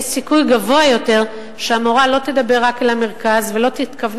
יש סיכוי גבוה יותר שהמורה לא תדבר רק אל המרכז ולא תתכוון